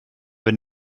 wenn